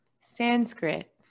Sanskrit